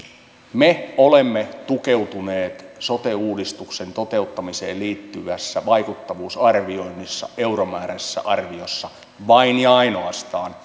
me olemme tukeutuneet sote uudistuksen toteuttamiseen liittyvässä vaikuttavuusarvioinnissa euromääräisessä arviossa vain ja ainoastaan